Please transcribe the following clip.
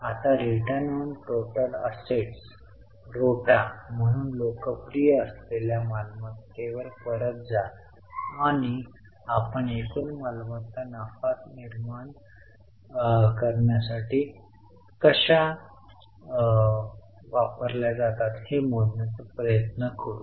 आता Return on Total Assets रोटा म्हणून लोकप्रिय असलेल्या मालमत्तेवर परत जा जेथे आपण एकूण मालमत्ता नफा निर्माण करण्यासाठी कशा वापरल्या जातात हे मोजण्याचा प्रयत्न करू